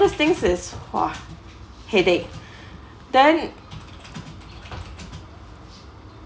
all those things is !wah! headache then